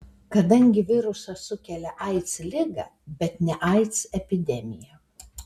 kadangi virusas sukelia aids ligą bet ne aids epidemiją